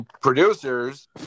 producers